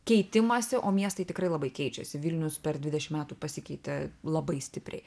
keitimąsi o miestai tikrai labai keičiasi vilnius per dvidešimt metų pasikeitė labai stipriai